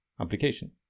application